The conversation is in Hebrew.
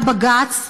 היה בג"ץ.